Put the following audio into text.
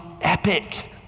epic